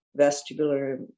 vestibular